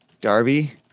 Darby